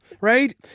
right